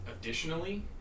Additionally